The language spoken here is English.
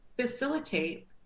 facilitate